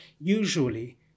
usually